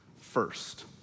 first